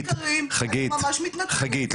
חגית,